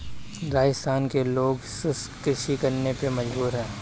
राजस्थान के लोग शुष्क कृषि करने पे मजबूर हैं